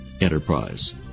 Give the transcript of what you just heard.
enterprise